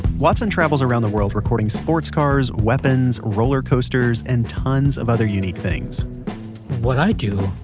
watson travels around the world recording sports cars, weapons, roller coasters, and tons of other unique things what i do,